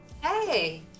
Hey